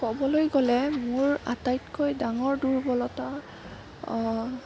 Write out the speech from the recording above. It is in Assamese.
ক'বলৈ গ'লে মোৰ আটাইতকৈ ডাঙৰ দুৰ্বলতা